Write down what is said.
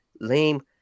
lame